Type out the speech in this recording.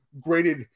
graded